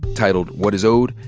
titled what is owed,